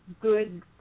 good